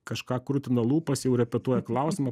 kažką krutina lūpas jau repetuoja klausimą